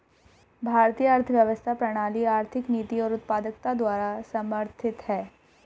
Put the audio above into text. भारतीय अर्थव्यवस्था प्रणाली आर्थिक नीति और उत्पादकता द्वारा समर्थित हैं